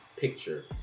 picture